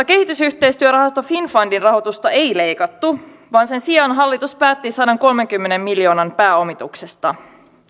kehitysyhteistyörahasto finnfundin rahoitusta ei leikattu vaan sen sijaan hallitus päätti sadankolmenkymmenen miljoonan pääomituksesta